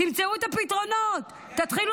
תמצאו את הפתרונות, תתחילו